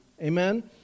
Amen